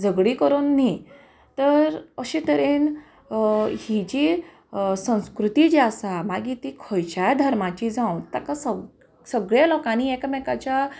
झ झगडी करून न्ही तर अशे तरेन ही जी संस्कृती जी आसा मागीर ती खंयच्याय धर्माची जावन ताका सग सगळ्या लोकांनी एकामेकाच्या